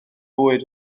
fwyd